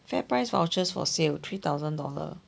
Fairprice vouchers for sale three thousand dollar